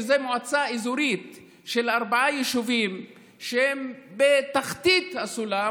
שזאת מועצה אזורית של ארבעה יישובים שהם בתחתית הסולם,